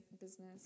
business